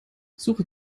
suche